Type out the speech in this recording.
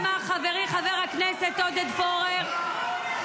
בהמשך לדברים שאמר חברי חבר הכנסת עודד פורר --- הלו,